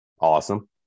Awesome